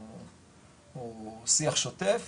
הוא שיח שוטף